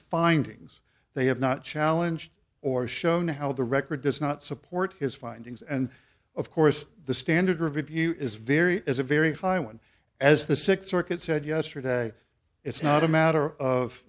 findings they have not challenged or shown how the record does not support his findings and of course the standard review is very is a very high one as the sixth circuit said yesterday it's not a matter of